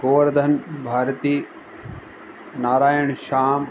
Govardhan Bharati Narayan Shyam